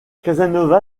casanova